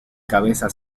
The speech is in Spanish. cabeza